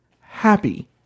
happy